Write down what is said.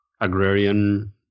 agrarian